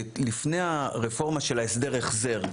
לפני הרפורמה של הסדר החזר,